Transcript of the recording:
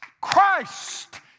Christ